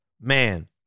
man